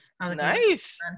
nice